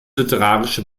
literarische